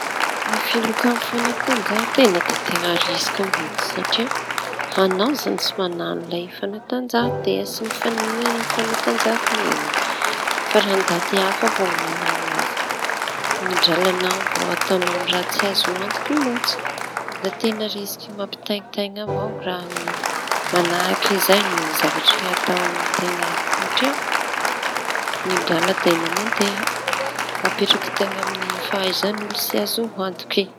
Filokan amin'ny fanatanjahan-teña da teña risiky mihitsy satria: añao izañy tsy mañano le fanatanjahan-teña, tsy mifanina amin'ny fanatanjaha-teña iñy ny hafa avao no mañano azy. Ny dralañao avao ataona amin'ny raha tsy azo antoky loatsy da teña risiky mampiatain-taina avao raha manahaky zay ny zavatry atao teña satria ny drala teña mandeha apetrakin-teña amin'olo tsy azo antoky.